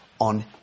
on